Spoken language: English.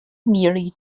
merely